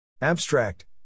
Abstract